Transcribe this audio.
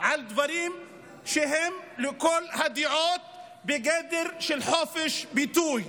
על דברים שהם לכל הדעות בגדר של חופש ביטוי.